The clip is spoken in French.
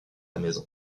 maison